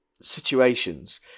situations